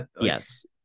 Yes